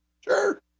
sure